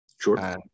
Sure